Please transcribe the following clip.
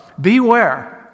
beware